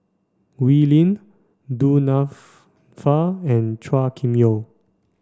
Wee Lin Du and Chua Kim Yeow